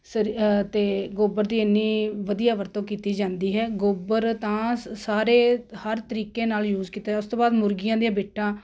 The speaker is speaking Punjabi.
ਸਰ ਅਤੇ ਗੋਬਰ ਦੀ ਇੰਨੀ ਵਧੀਆ ਵਰਤੋਂ ਕੀਤੀ ਜਾਂਦੀ ਹੈ ਗੋਬਰ ਤਾਂ ਸ ਸਾਰੇ ਹਰ ਤਰੀਕੇ ਨਾਲ ਯੂਜ ਕੀਤਾ ਉਸ ਤੋਂ ਬਾਅਦ ਮੁਰਗੀਆਂ ਦੀਆਂ ਬਿੱਠਾ